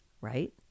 Right